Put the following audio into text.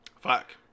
Fuck